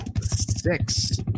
Six